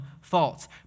faults